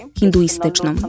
hinduistyczną